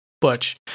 Butch